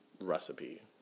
recipe